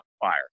fire